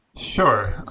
sure.